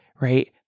right